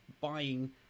buying